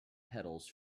pedals